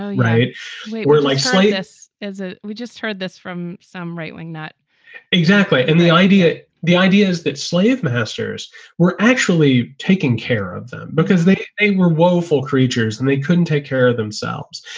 right we're like slightness, as ah we just heard this from some right wing nut exactly. and the idea the idea is that slave masters were actually taking care of them because they they were woeful creatures and they couldn't take care of themselves.